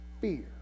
fear